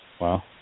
Wow